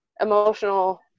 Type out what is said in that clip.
emotional